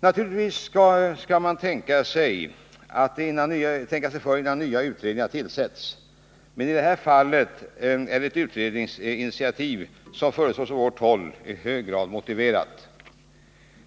Naturligtvis skall man tänka sig för innan nya utredningar tillsätts. Men i detta fall är den utredning som föreslås från vårt håll i hög grad motiverad.